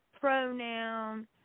pronoun